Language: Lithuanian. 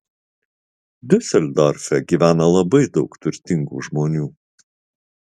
diuseldorfe gyvena labai daug turtingų žmonių